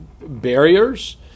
barriers